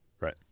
Right